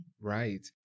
Right